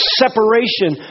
separation